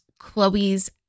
chloe's